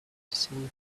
seen